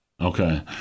Okay